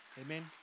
Amen